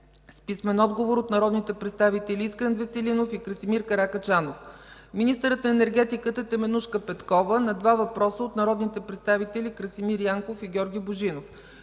писмен отговор от народните представители Искрен Веселинов и Красимир Каракачанов; - министърът на енергетиката Теменужка Петкова – на два въпроса от народните представители Красимир Янков и Георги Божинов;